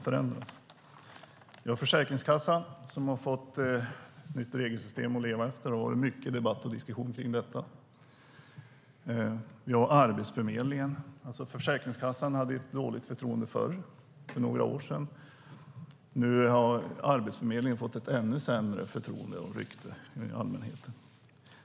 Försäkringskassan har fått ett nytt regelsystem att leva efter. Det har varit mycket debatt och diskussion kring detta. Det var dåligt förtroende för Försäkringskassan för några år sedan. Nu har Arbetsförmedlingen fått ett ännu sämre förtroende och rykte hos allmänheten.